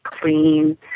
clean